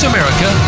America